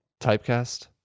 typecast